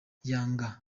yanga